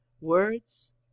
words